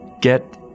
Get